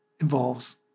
involves